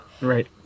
right